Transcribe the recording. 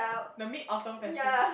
the Mid Autumn festive